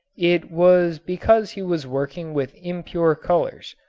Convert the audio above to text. it was because he was working with impure chemicals,